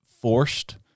forced